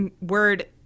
word